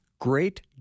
Great